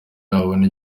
yabona